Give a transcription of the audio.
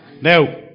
Now